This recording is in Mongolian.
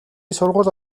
сургуульд